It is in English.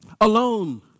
alone